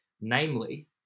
namely